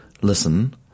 listen